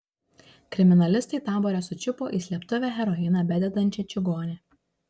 kriminalistai tabore sučiupo į slėptuvę heroiną bededančią čigonę